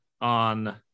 on